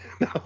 no